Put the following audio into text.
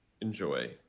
enjoy